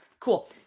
Cool